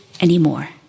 anymore